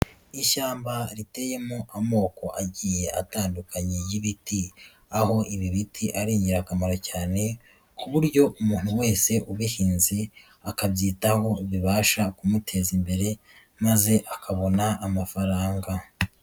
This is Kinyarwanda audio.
Ishyamba riteyemo amoko agiye atandukanye y'ibiti. Aho ibi biti ari ingirakamaro cyane, kuburyo umuntu wese ubihinze akabyitaho bibasha kumuteza imbere maze akabona amafaranga.